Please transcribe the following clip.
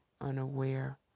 unaware